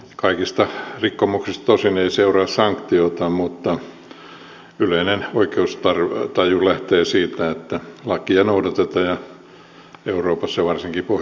kaikista rikkomuksista tosin ei seuraa sanktiota mutta yleinen oikeustaju lähtee siitä että lakia noudatetaan ja euroopassa ja varsinkin pohjoismaissa näin tapahtuu